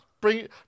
Bring